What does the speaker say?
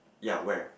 ya where